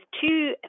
two